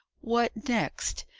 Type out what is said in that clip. what next?